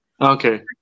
okay